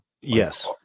Yes